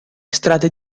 strade